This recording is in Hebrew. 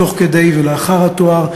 תוך כדי ולאחר התואר.